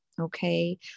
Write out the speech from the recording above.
Okay